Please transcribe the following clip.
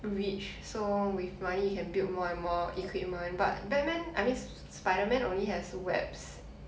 rich so with money you can build more and more equipment but batman I mean spiderman only has webs